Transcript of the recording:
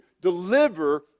deliver